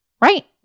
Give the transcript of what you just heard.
right